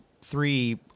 three